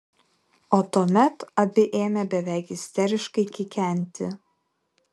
o tuomet abi ėmė beveik isteriškai kikenti